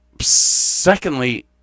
Secondly